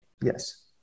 yes